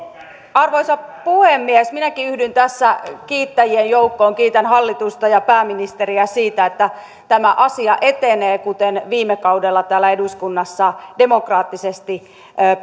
arvoisa puhemies minäkin yhdyn tässä kiittäjien joukkoon kiitän hallitusta ja pääministeriä siitä että tämä asia etenee kuten viime kaudella täällä eduskunnassa demokraattisesti